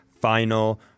Final